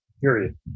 period